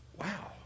Wow